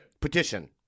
Petition